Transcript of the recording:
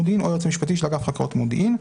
מודיעין,